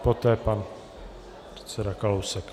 Poté pan předseda Kalousek.